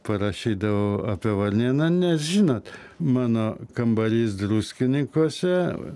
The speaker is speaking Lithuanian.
parašydavau apie varnėną nes žinot mano kambarys druskininkuose